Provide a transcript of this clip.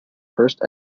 first